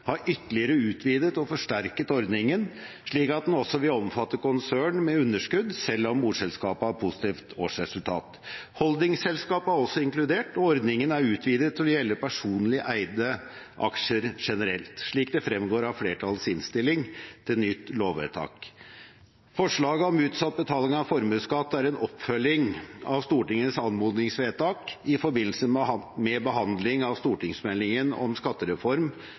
har ytterligere utvidet og forsterket ordningen slik at den også vil omfatte konsern med underskudd selv om morselskapet har positivt årsresultat. Holdingselskaper er også inkludert, og ordningen er utvidet til å gjelde personlig eide aksjer generelt, slik det fremgår av flertallets innstilling til nytt lovvedtak. Forslaget om utsatt betaling av formuesskatt er en oppfølging av Stortingets anmodningsvedtak i forbindelse med behandling av stortingsmeldingen om skattereform